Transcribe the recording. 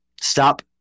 stop